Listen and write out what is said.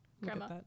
grandma